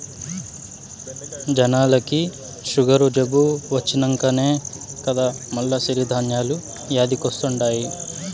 జనాలకి సుగరు జబ్బు వచ్చినంకనే కదా మల్ల సిరి ధాన్యాలు యాదికొస్తండాయి